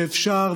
שאפשר,